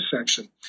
section